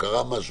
קרה משהו,